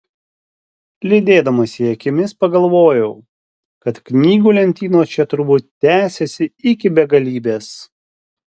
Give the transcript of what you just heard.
lydėdamas jį akimis pagalvojau kad knygų lentynos čia turbūt tęsiasi iki begalybės